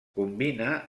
combina